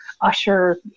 usher